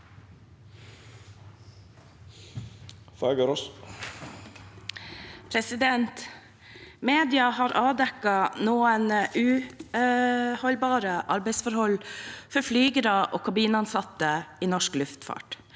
Mediene har avdek- ket noen uholdbare arbeidsforhold for flygere og kabinansatte i norsk luftfart.